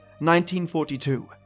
1942